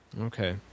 Okay